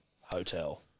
hotel